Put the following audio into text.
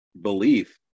belief